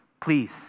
please